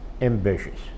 Ambitious